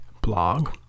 blog